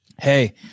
Hey